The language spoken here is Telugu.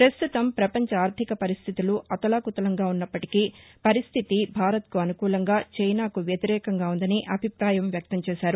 ప్రస్తుతం ప్రపంచ ఆర్గిక పరిస్లితులు అతలాకుతలంగా ఉన్నప్పటికీ పరిస్లితి మనకు అసుకూలంగా చైనాకు వ్యతిరేకంగా ఉందని అభిప్రాయం వ్యక్తం చేశారు